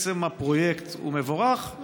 עצם הפרויקט מבורך,